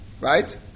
right